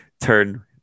Turn